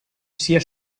sia